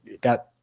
got